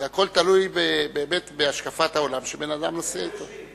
הכול תלוי בהשקפת העולם שבן-אדם נושא אתו.